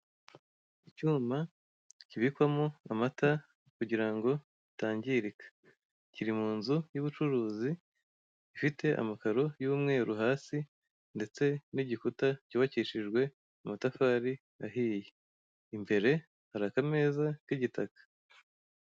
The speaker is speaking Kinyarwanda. Icyuma kibikwamo amata kugira ngo atangirika, kiri mu nzu y'ubucuruzi ifite amakaro y'umweru hasi ndetse n'igikuta cyubakishijwe amatafari ahiye, imbere hari akameza k'igitaka.